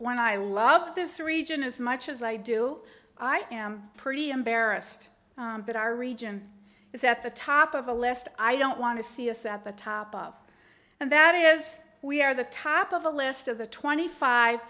when i love this region as much as i do i am pretty embarrassed that our region is at the top of the list i don't want to see is that the top of and that is we are the top of the list of the twenty five